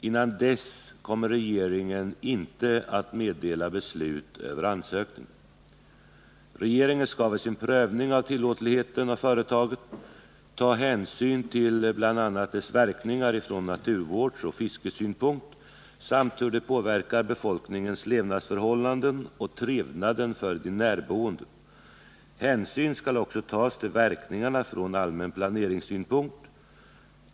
Innan dess kommer regeringen inte att Regeringen skall vid sin prövning av tillåtligheten av företaget ta hänsyn till bl.a. dess verkningar från naturvårdsoch fiskesynpunkt samt hur det påverkar befolkningens levnadsförhållanden och trevnaden för de närboende. Hänsyn skall också tas till verkningarna från allmän planeringssynpunkt.